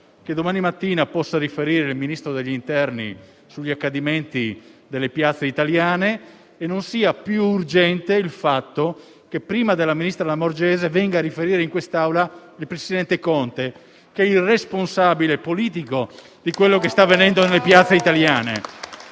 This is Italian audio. che domani mattina possa riferire il Ministro dell'interno sugli accadimenti delle piazze italiane e non sia più urgente il fatto che, prima del ministro Lamorgese, venga a riferire in questa Assemblea il presidente Conte, che è il responsabile politico di quanto sta avvenendo nelle piazze italiane.